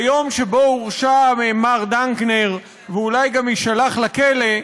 ביום שבו הורשע מר דנקנר ואולי גם יישלח לכלא,